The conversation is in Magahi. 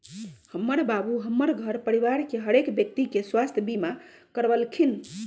हमर बाबू हमर घर परिवार के हरेक व्यक्ति के स्वास्थ्य बीमा करबलखिन्ह